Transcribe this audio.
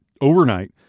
overnight